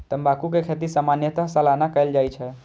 तंबाकू के खेती सामान्यतः सालाना कैल जाइ छै